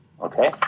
Okay